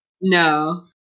No